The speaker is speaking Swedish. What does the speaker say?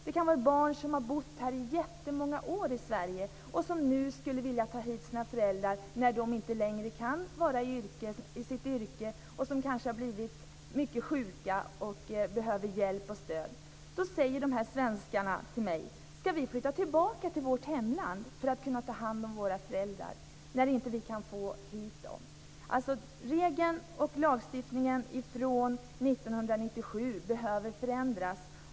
Det kan gälla personer som har bott i många år i Sverige och som skulle vilja ta hit sina föräldrar när dessa inte längre kan vara kvar i sitt yrke. Föräldrarna har kanske blivit mycket sjuka och behöver hjälp och stöd. De här svenskarna frågar mig: Skall vi flytta tillbaka till vårt hemland för att kunna ta hand om våra föräldrar när vi inte kan få hit dem? Lagstiftningen från 1997 behöver förändras.